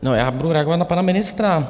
No, já budu reagovat na pana ministra.